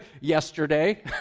yesterday